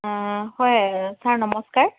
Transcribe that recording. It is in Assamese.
অঁ হয় ছাৰ নমস্কাৰ